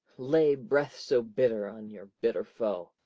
lay breath so bitter on your bitter foe.